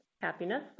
Happiness